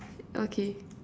okay